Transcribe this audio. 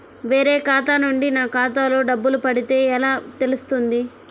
వేరే ఖాతా నుండి నా ఖాతాలో డబ్బులు పడితే ఎలా తెలుస్తుంది?